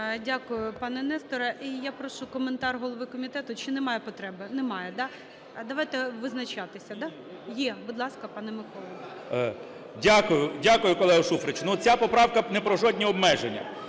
Дякую, пане Несторе. І я прошу коментар голови комітету. Чи немає потреби? Немає, да. Давайте визначатися, да? Є. Будь ласка, пане Миколо. 10:55:41 КНЯЖИЦЬКИЙ М.Л. Дякую, дякую, колего Шуфрич. Ця поправка не про жодні обмеження.